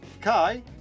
Kai